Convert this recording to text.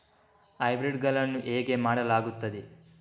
Hybrid ಗಳನ್ನು ಹೇಗೆ ಮಾಡಲಾಗುತ್ತದೆ?